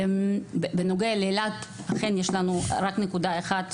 בנוגע לאילת, אכן יש לנו רק נקודה אחת.